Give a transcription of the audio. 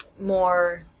more